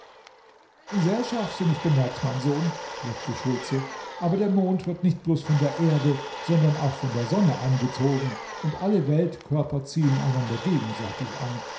sehr scharfsinnig bemerkt mein sohn lobte schultze aber der mond wird nicht bloß von der erde sondern auch von der sonne angezogen und alle weltkörper ziehen einander gegenseitig an